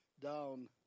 down